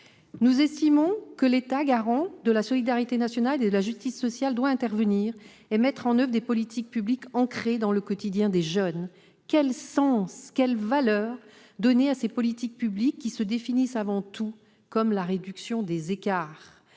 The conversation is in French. Nous estimons que l'État, garant de la solidarité nationale et de la justice sociale, doit intervenir et mettre en oeuvre des politiques publiques ancrées dans le quotidien des jeunes. Quel sens, quelle valeur donner à ces politiques publiques qui se définissent avant tout comme la réduction des écarts,